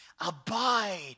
abide